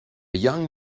young